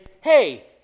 hey